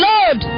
Lord